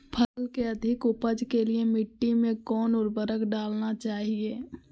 फसल के अधिक उपज के लिए मिट्टी मे कौन उर्वरक डलना चाइए?